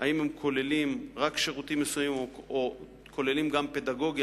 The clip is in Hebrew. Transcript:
האם הם כוללים רק שירותים מסוימים או כוללים גם פדגוגיה.